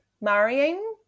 marrying